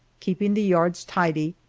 keeping the yards tidy,